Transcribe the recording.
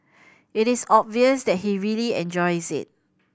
it is obvious that he really enjoys it